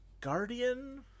Guardian